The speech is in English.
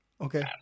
Okay